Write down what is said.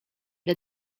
wie